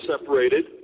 separated